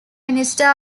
minister